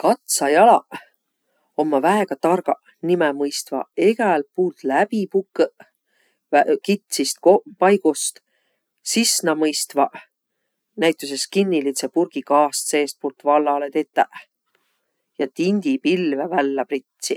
Katsajalaq ommaq väega targaq. Nimäq mõistvaq egält puult läbi pukõq kitsist paigust. Sis nä mõistvaq näütüses kinnilidsõ purgi kaast seestpuult vallalõ tetäq ja tindipilve vällä pritsiq.